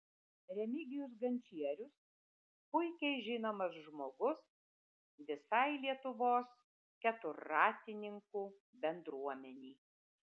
remigijus gančierius puikiai žinomas žmogus visai lietuvos keturratininkų bendruomenei